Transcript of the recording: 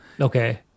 Okay